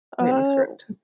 manuscript